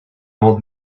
old